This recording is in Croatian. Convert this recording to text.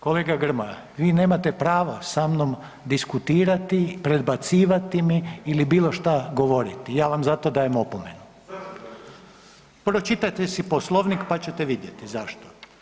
Kolega Grmoja vi nemate prava sa mnom diskutirati, predbacivati mi ili bilo šta govoriti, ja vam zato dajem opomenu. … [[Upadica: Ne razumije se.]] Pročitajte si Poslovnik pa ćete vidjeti zašto.